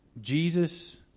Jesus